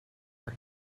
are